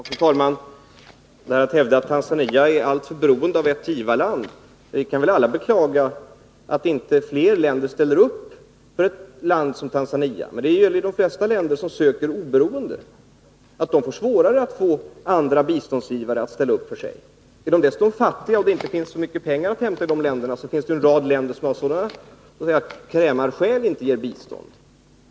Fru talman! Ingrid Sundberg hävdar att Tanzania är alltför beroende av ett givarland. Vi kan väl alla beklaga att inte fler länder ställer upp för ett land som Tanzania. Men det gäller de flesta länder som söker oberoende, att de har svårare att få andra biståndsgivare att ställa upp. Om de dessutom är fattiga och det inte finns så mycket pengar att hämta i dessa länder, så är det en rad länder som har ”krämarskäl” att inte ge bistånd.